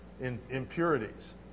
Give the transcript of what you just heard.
impurities